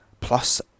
Plus